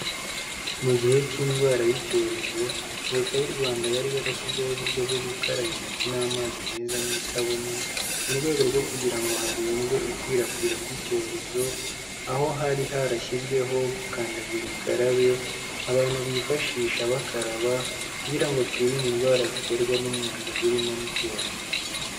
Mu gihe cy'indwara y'icyorezo Leta y'u Rwanda yari yarashyizeho uburyo bwo gukaraba intoki n'amazi meza n'isabune mu rwego rwo kugira ngo hirindwe ikwirakwira ry'icyorezo, aho hari harashyizweho kandagira ukarabe abantu bifashisha bakaraba kugira ngo twirinde indwara ziterwa n'umwanda zirimo n'ibyorezo.